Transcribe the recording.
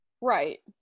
Right